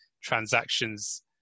transactions